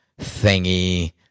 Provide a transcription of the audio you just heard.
thingy